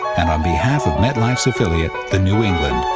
and on behalf of metlife's affiliate, the new england,